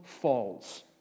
falls